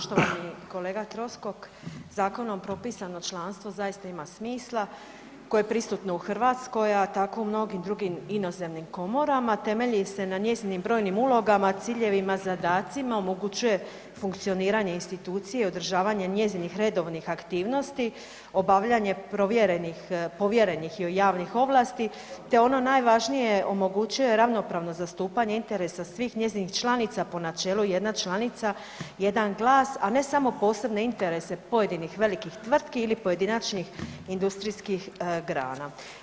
Poštovani kolega Troskot zakonom propisano članstvo zaista ima smisla koje je prisutno u Hrvatskoj a tako u mnogim drugim inozemnim komorama, temelji se na njezinim brojnim ulogama, ciljevima, zadacima, omogućuje funkcioniranje institucije i održavanje njezinih redovnih aktivnosti, obavljanje provjerenih, povjerenih joj javnih ovlasti te ono najvažnije omogućuje ravnopravno zastupanje interesa svih njezinih članica po načelu jedna članica, jedan glas, a ne samo posebne interese pojedinih velikih tvrtki ili pojedinačnih industrijskih grana.